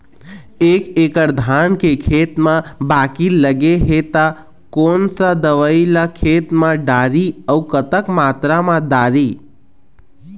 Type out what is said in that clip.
एक एकड़ धान के खेत मा बाकी लगे हे ता कोन सा दवई ला खेत मा डारी अऊ कतक मात्रा मा दारी?